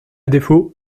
défaut